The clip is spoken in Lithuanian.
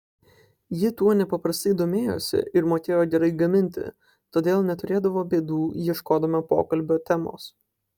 ji tuo nepaprastai domėjosi ir mokėjo gerai gaminti todėl neturėdavo bėdų ieškodama pokalbio temos